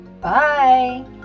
Bye